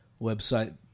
website